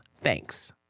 Thanks